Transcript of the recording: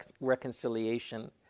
Reconciliation